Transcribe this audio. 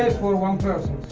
for one person,